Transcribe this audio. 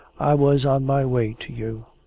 i was on my way to you.